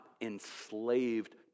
enslaved